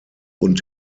und